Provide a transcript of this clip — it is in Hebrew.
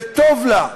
וטוב לה,